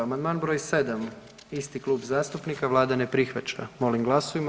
Amandman broj 7. isti klub zastupnika, Vlada ne prihvaća, molim glasujmo.